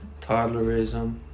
toddlerism